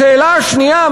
השאלה השנייה,